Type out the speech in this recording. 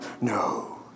No